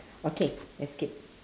okay let's skip